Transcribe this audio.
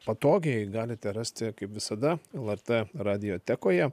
patogiai galite rasti kaip visada lrt radiotekoje